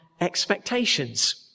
expectations